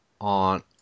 on